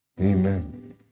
Amen